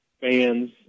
fans